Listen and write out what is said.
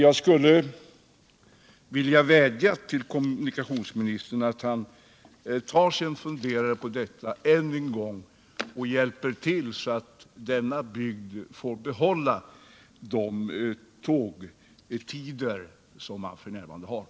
Jag skulle vilja vädja till kommunikationsministern att än en gång ta sig en funderare på problemen och hjälpa till, så att denna bygd får behålla de tågtider som f. n. tillämpas.